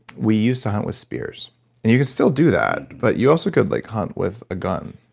we used to hunt with spears and you can still do that but you also could like hunt with a gun,